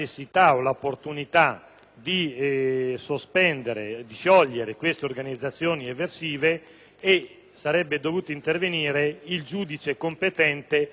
o l'opportunità di sciogliere queste organizzazioni eversive; allo scopo sarebbe dovuto intervenire il giudice competente entro dieci giorni